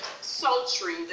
sultry